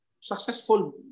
successful